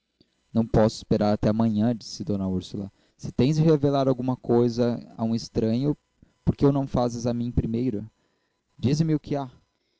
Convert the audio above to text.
não posso esperar até amanhã disse d úrsula se tens de revelar alguma coisa a um estranho por que o não fazes a mim primeiro dize-me o que há